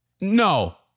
no